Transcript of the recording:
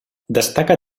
destaca